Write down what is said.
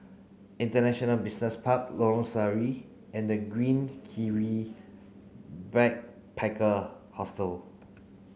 International Business Park Lorong Sari and The Green Kiwi Backpacker Hostel